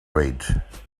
wait